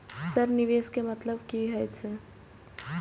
Sir निवेश के मतलब की हे छे?